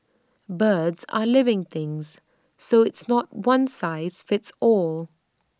birds are living things so it's not one size fits all